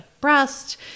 breast